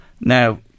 Now